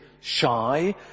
shy